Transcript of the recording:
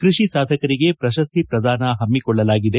ಕೃಷಿ ಸಾಧಕರಿಗೆ ಪ್ರಶಸ್ತಿ ಪ್ರದಾನ ಪಮ್ಮಿಕೊಳ್ಳಲಾಗಿದೆ